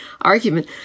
argument